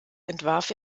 entwarf